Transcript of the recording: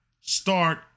start